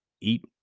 eat